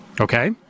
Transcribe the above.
Okay